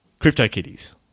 CryptoKitties